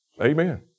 Amen